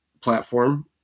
platform